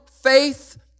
faith